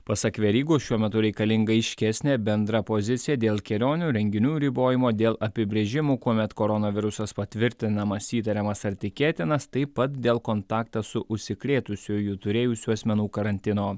pasak verygos šiuo metu reikalinga aiškesnė bendra pozicija dėl kelionių renginių ribojimo dėl apibrėžimų kuomet koronavirusas patvirtinamas įtariamas ar tikėtinas taip pat dėl kontaktą su užsikrėtusiuoju turėjusių asmenų karantino